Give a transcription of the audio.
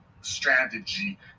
strategy